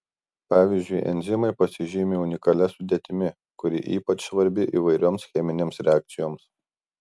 pavyzdžiui enzimai pasižymi unikalia sudėtimi kuri ypač svarbi įvairioms cheminėms reakcijoms